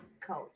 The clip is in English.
coach